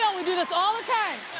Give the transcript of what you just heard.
kill, we do this all the time,